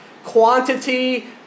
quantity